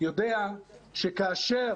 יודע שכאשר